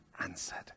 answered